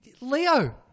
Leo